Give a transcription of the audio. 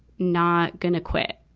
not gonna quit.